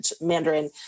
Mandarin –